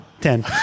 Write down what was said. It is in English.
ten